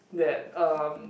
that um